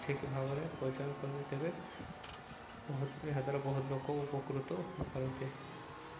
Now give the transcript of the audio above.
ଠିକ୍ ଭାବରେ ପରିଚାଳନା କରିବେ ତେବେ ଏହାଦ୍ୱାରା ବହୁତ ଲୋକ ଉପକୃତ ହୋଇପାରନ୍ତେ